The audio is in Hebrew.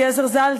אליעזר ז"ל,